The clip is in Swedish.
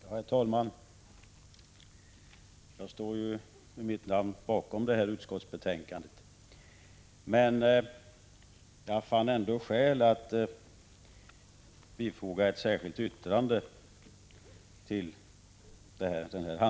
Herr talman! Jag är en av dem som har undertecknat detta utskottsbetänkande. Men jag fann ändå skäl att avge ett särskilt yttrande.